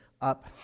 up